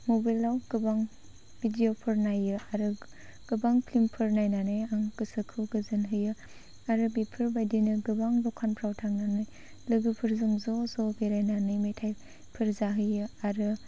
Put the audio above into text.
मबाइलआव गोबां भिडिय'फोर नायो आरो गोबां फिल्मफोर नायनानै आं गोसोखौ गोजोन होयो आरो बेफोरबायदिनो गोबां दखानफोराव थांनानै लोगोफोरजों ज' ज' बेरायनानै मेथाइफोर जाहैयो आरो